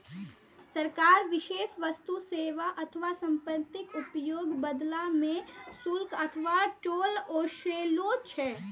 सरकार विशेष वस्तु, सेवा अथवा संपत्तिक उपयोगक बदला मे शुल्क अथवा टोल ओसूलै छै